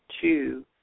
two